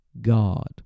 God